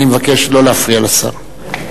אני מבקש לא להפריע לשר.